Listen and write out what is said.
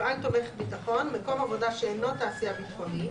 "מפעל תומך ביטחון" מקום עבודה שאינו תעשייה ביטחונית,